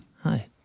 Hi